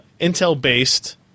Intel-based